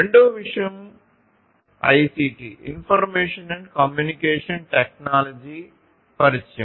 రెండవ విషయం ICT information and communication technology పరిచయం